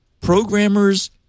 programmers